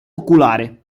oculare